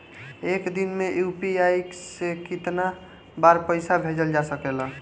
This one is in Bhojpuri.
एक दिन में यू.पी.आई से केतना बार पइसा भेजल जा सकेला?